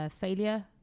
failure